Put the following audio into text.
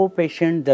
patient